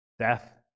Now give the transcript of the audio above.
Death